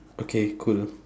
okay cool